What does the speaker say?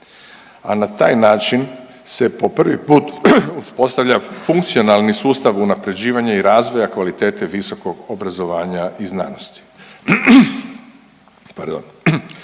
a na taj način se po prvi put uspostavlja funkcionalni sustav unapređivanja i razvoja kvalitete visokog obrazovanja i znanosti.